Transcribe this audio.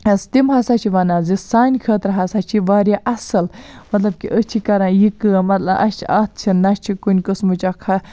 حظ تِم ہَسا چھِ وَنان زِ سانہِ خٲطرٕ ہَسا چھِ واریاہ اَصل مطلب کہِ أسۍ چھِ کَران یہِ کٲم مطلب اَسہِ چھِ اتھ چھِ نہ چھِ کُنہِ قسمٕچ اَتھ